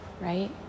right